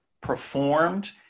performed